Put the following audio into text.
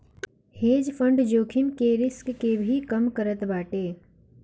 hedge fund जोखिम के risk के भी कम करत बाटे